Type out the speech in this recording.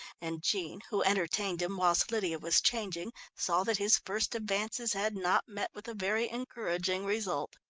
and jean, who entertained him whilst lydia was changing, saw that his first advances had not met with a very encouraging result.